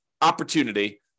opportunity